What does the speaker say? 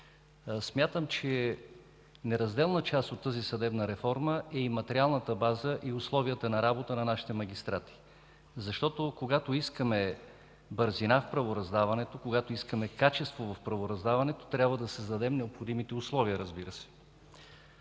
Смятам, че неразделна част от нея е и материалната база, и условията на работа на нашите магистрати. Когато искаме бързина в правораздаването, когато искаме качество в правораздаването, трябва да създадем необходимите условия, разбира се.